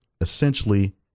essentially